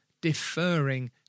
deferring